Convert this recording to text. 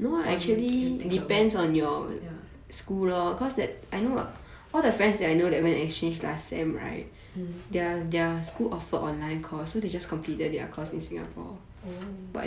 or no you think ya